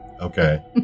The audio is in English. okay